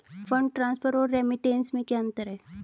Fund transfer और remittance में क्या अंतर है?